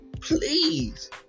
please